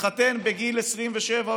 התחתן רק בגיל 27,